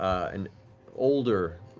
and older,